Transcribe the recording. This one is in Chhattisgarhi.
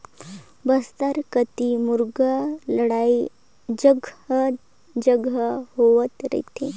बस्तर कति मुरगा लड़ई जघा जघा होत रथे